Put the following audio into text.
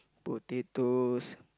potatoes